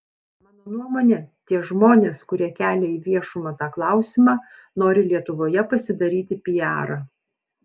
mano nuomone tie žmonės kurie kelia į viešumą tą klausimą nori lietuvoje pasidaryti piarą